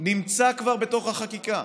נמצא כבר בתוך החקיקה.